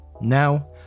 Now